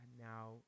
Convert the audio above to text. now